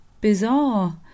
bizarre